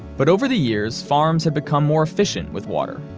but over the years, farms had become more efficient with water.